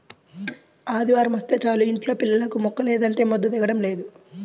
ఆదివారమొస్తే చాలు యింట్లో పిల్లలకు ముక్కలేందే ముద్ద దిగటం లేదు